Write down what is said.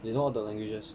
they know all the languages